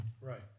Right